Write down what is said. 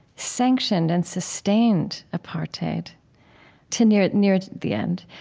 sanctioned and sustained apartheid to near near the end.